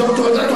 ד"ר אדטו,